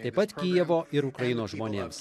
taip pat kijevo ir ukrainos žmonėms